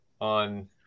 on